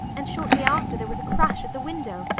and shortly after there was a crash at the window,